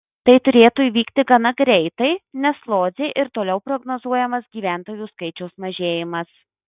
tai turėtų įvykti gana greitai nes lodzei ir toliau prognozuojamas gyventojų skaičiaus mažėjimas